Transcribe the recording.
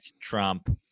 Trump